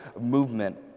movement